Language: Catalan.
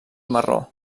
marró